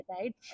right